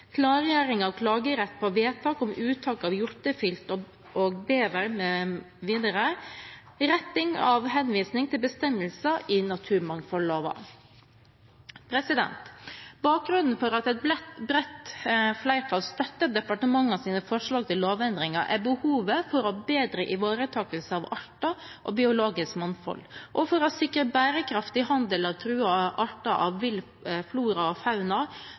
klargjøring av klagerett på vedtak om uttak av hjortevilt og bever mv. retting av henvisning til bestemmelser i naturmangfoldloven Bakgrunnen for at et bredt flertall støtter departementets forslag til lovendringer, er behovet for å bedre ivaretakelsen av arter og biologisk mangfold og for å sikre bærekraftig handel med truede arter av vill flora og fauna